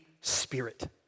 Spirit